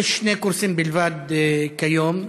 יש שני קורסים בלבד כיום,